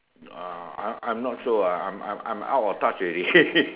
uh I'm I'm not sure ah I am I am out of touch already